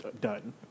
done